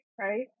Right